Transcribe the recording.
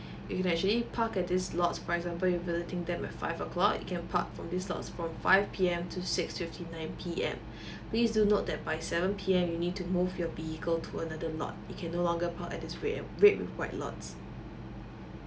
you can actually park at this lots for example you visiting them at five o'clock you can park from this lot from five P_M to six fifty nine P_M please do note that by seven P_M you need to move your vehicle to another lot you can no longer park at this red and red and white lots